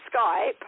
Skype